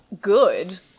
good